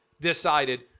decided